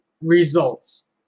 results